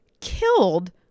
killed